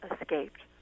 escaped